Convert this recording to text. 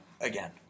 again